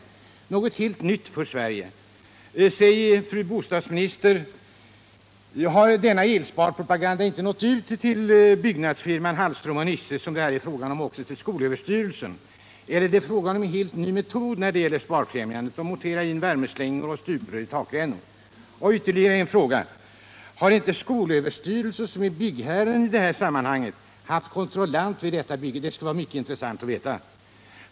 Det är något helt nytt för Sverige! Säg, fru bostadsminister, har sparpropagandan inte nått ut till byggnadsfirman Hallström & Nisses — den entreprenör som det här är fråga om -— och till skolöverstyrelsen? Eller är det fråga om en helt ny sparfrämjandemetoder, när man monterar in värmeslingor i stuprör och takrännor? Ytterligare en fråga: Har inte skolöverstyrelsen, som är byggherre i detta sammanhang, haft kontrollant vid detta bygge? Det skulle vara mycket intressant att veta.